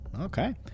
Okay